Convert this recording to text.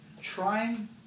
trying